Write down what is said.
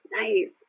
Nice